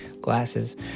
glasses